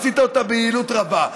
ועשית אותה ביעילות רבה.